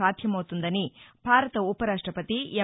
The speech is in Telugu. సాధ్యమవుతుందని భారత ఉప రాష్టపతి ఎం